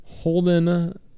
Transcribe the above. Holden